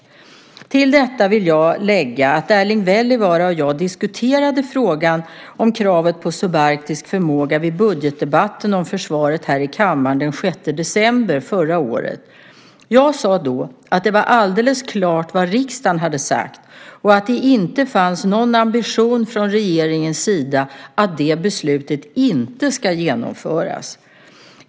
Till detta vill jag lägga att Erling Wälivaara och jag diskuterade frågan om kravet på subarktisk förmåga vid budgetdebatten om försvaret här i kammaren den 6 december förra året. Jag sade då att det var alldeles klart vad riksdagen har sagt och att det inte finns någon ambition från regeringens sida att det beslutet inte ska genomföras.